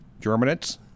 germinates